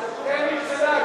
שנתיים.